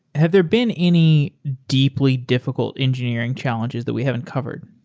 had there been any deeply difficult engineering challenges that we haven't covered,